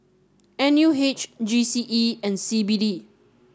N U H G C E and C B D